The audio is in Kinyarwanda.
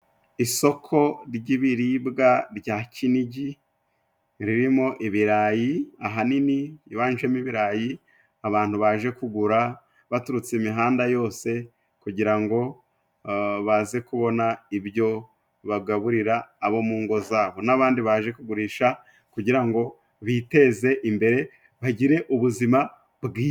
Isoko ry'ibiribwa rya kinigi ririmo ibirayi ahanini hibanjemo ibirayi, abantu baje kugura baturutse imihanda yose kugira ngo baze kubona ibyo bagaburira abo mu ngo zabo, n'abandi baje kugurisha kugira ngo biteze imbere bagire ubuzima bwiza.